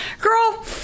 Girl